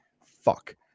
fuck